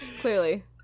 clearly